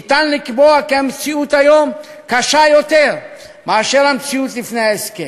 ניתן לקבוע כי המציאות היום קשה יותר מאשר המציאות לפני ההסכם.